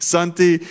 Santi